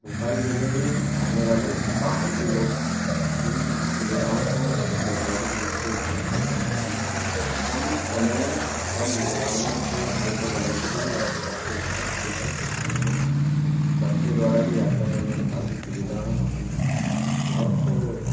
भोपाल ज़िले में आने वाले बाहर के लोग इन सुविधाओं का वैचारिक रूप से उपयोग करते हैं कम समय में कम भीड़ भाड़ में से लेकर जाने के लिए यह काफ़ी अच्छा विकल्प उत्पन्न करते हैं बस के द्वारा भी यात्रा करने में काफ़ी सुविधाएँ होती हैं बहुत